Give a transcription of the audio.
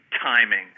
timing